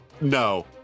No